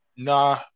Nah